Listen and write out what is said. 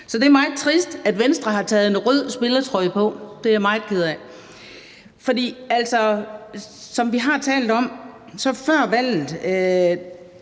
Så det er meget trist, at Venstre har taget en rød spillertrøje på. Det er jeg meget ked af. For som vi har talt om, gav Venstre før valget